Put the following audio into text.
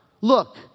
Look